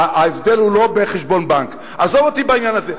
וההבדל הוא לא בחשבון בנק, עזוב אותי מהעניין הזה.